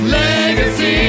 legacy